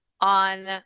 on